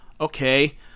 okay